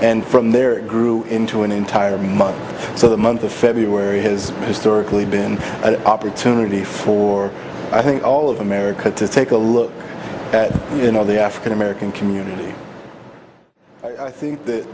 and from there grew into an entire month so the month of february has historically been an opportunity for i think all of america to take a look at you know the african american community i think